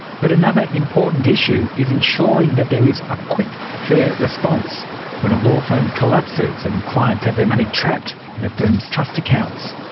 but another important issue is ensuring that there is a quick, fair response when a law firm collapses and clients have their money trapped in a firm's trust accounts.